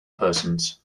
persons